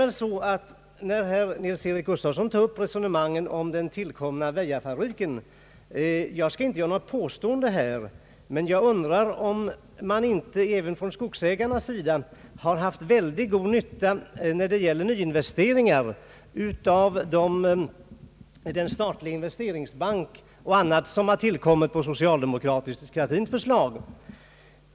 När sedan herr Nils-Eric Gustafsson tar upp frågan om den nytillkomna Väjafabriken vill jag inte göra något påstående, men jag undrar om inte även skogsägarna då det gäller nyinvesteringar har haft mycket stor nytta av den statliga investeringsbanken och annat som tillkommit på socialdemokratiskt förslag.